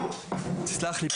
תסלח לי,